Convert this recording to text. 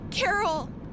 Carol